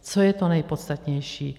Co je to nejpodstatnější?